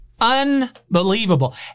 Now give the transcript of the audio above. Unbelievable